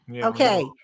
Okay